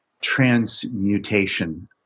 transmutation